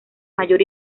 mayor